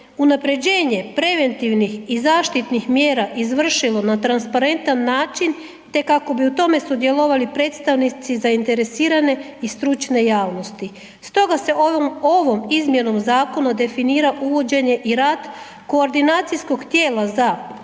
unapređenje preventivnih i zaštitih mjera izvršilo na transparentan način te kako bi u tome sudjelovali predstavnici zainteresirane i stručne javnosti. Stoga se ovom izmjenom zakona definira uvođenje i rad koordinacijskom tijela za